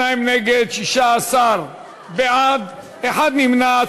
42 נגד, 16 בעד, אחד נמנע.